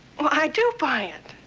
well, i do buy it.